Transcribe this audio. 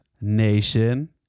Nation